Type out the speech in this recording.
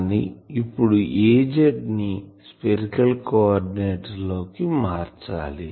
కానీ ఇప్పుడు Az ని స్పెరికల్ కోఆర్డినేట్ లోకి మార్చాలి